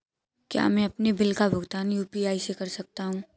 क्या मैं अपने बिल का भुगतान यू.पी.आई से कर सकता हूँ?